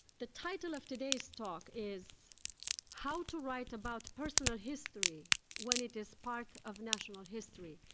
the title of today's talk is how to write about personal history when it is part of national history.